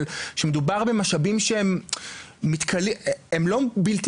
כשמדובר במשאבים שהם לא בלתי